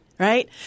Right